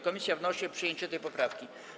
Komisja wnosi o przyjęcie tej poprawki.